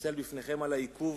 אתנצל בפניכן על העיכוב,